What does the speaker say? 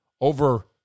Over